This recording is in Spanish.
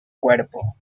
cuerpo